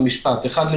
חלק